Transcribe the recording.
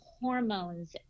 hormones